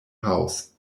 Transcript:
house